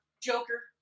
Joker